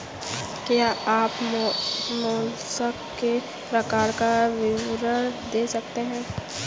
क्या आप मोलस्क के प्रकार का विवरण दे सकते हैं?